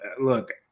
look